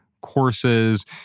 courses